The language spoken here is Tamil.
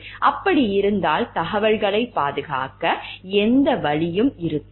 அப்படி இருந்திருந்தால் தகவல்களைப் பாதுகாக்க எந்த வழியும் இருந்திருக்காது